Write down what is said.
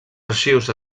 arxius